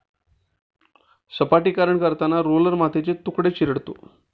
सपाटीकरण करताना रोलर मातीचे तुकडे चिरडतो